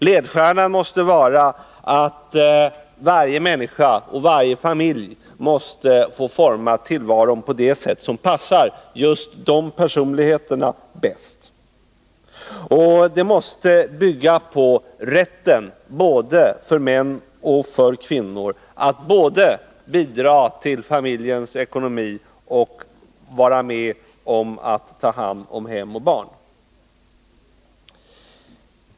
Ledstjärnan måste vara att varje människa och varje familj skall få forma tillvaron på det sätt som passar just de ifrågavarande personligheterna bäst. Det måste bygga på rätten både för män och för kvinnor att bidra till såväl familjens ekonomi som skötseln av hem och barn.